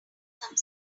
some